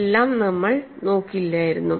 അവയെല്ലാം നമ്മൾ നോക്കില്ലായിരുന്നു